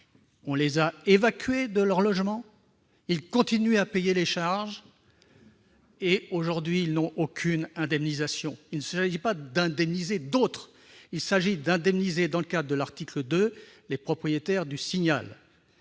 on les a évacués de leur logement, ils continuent à payer les charges et, aujourd'hui, ils n'ont aucune indemnisation. Il ne s'agit pas d'indemniser les membres d'autres copropriétés, il s'agit d'indemniser, dans le cadre de l'article 2, les propriétaires de cet